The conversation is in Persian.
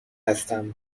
هستم